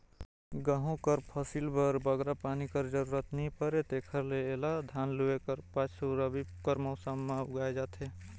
गहूँ कर फसिल बर बगरा पानी कर जरूरत नी परे तेकर ले एला धान लूए कर पाछू रबी कर मउसम में उगाल जाथे